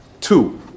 Two